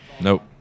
Nope